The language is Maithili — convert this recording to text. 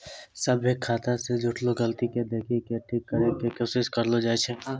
सभ्भे खाता से जुड़लो गलती के देखि के ठीक करै के कोशिश करलो जाय छै